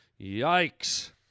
Yikes